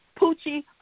Poochie